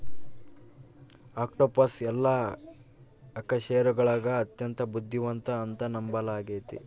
octopus ಎಲ್ಲಾ ಅಕಶೇರುಕಗುಳಗ ಅತ್ಯಂತ ಬುದ್ಧಿವಂತ ಅಂತ ನಂಬಲಾಗಿತೆ